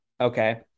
okay